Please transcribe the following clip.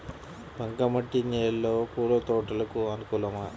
బంక మట్టి నేలలో పూల తోటలకు అనుకూలమా?